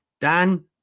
Dan